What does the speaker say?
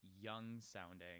young-sounding